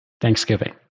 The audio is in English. Thanksgiving